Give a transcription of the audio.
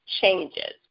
changes